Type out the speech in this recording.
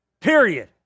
period